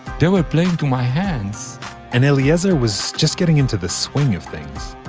they were playing to my hands and eliezer was just getting into the swing of things.